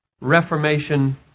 Reformation